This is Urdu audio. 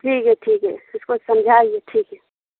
ٹھیک ہے ٹھیک ہے اس کو سمجھائیے ٹھیک ہے